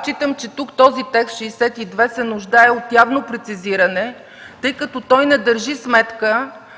Считам, че текстът на чл. 62 се нуждае от явно прецизиране, тъй като не държи сметка